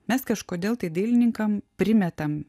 mes kažkodėl tai dailininkam primetam